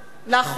לאחרונה,